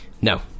No